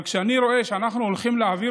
אבל כשאני רואה שאנחנו הולכים להעביר